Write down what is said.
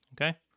okay